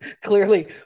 clearly